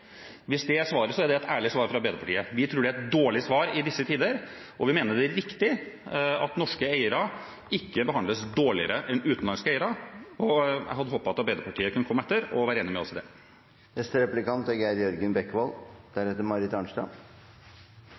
Hvis det er svaret, er det et ærlig svar fra Arbeiderpartiet. Vi tror det er et dårlig svar i disse tider. Vi mener det er viktig at norske eiere ikke behandles dårligere enn utenlandske eiere, og jeg hadde håpet at Arbeiderpartiet kunne komme etter og være enige med oss i det.